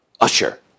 Usher